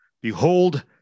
Behold